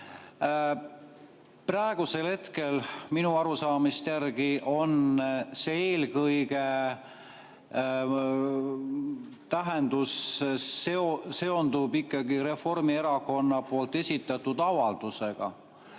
Praegusel hetkel minu arusaamise järgi selle "eelkõige" tähendus seondub ikkagi Reformierakonna esitatud avaldusega.